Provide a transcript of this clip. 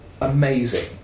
amazing